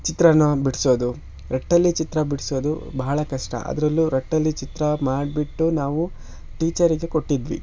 ಚಿತ್ರಾನ ಬಿಡಿಸೋದು ರಟ್ಟಲ್ಲಿ ಚಿತ್ರ ಬಿಡಿಸೋದು ಬಹಳ ಕಷ್ಟ ಅದರಲ್ಲೂ ರಟ್ಟಲ್ಲಿ ಚಿತ್ರ ಮಾಡಿಬಿಟ್ಟು ನಾವು ಟೀಚರಿಗೆ ಕೊಟ್ಟಿದ್ವಿ